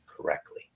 correctly